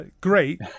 great